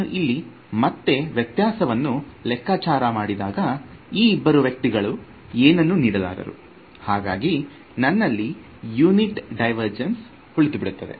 ನಾನು ಇಲ್ಲಿ ಮತ್ತೆ ವ್ಯತ್ಯಾಸವನ್ನು ಲೆಕ್ಕಾಚಾರ ಮಾಡಿದಾಗ ಈ ಇಬ್ಬರು ವ್ಯಕ್ತಿಗಳು ಏನನ್ನೂ ನೀಡಲಾರರು ಹಾಗಾಗಿ ನನ್ನಲ್ಲಿ ಯುನಿಟ್ ಡೈವರ್ಜೆನ್ಸ್ ಉಳಿದುಬಿಡುತ್ತದೆ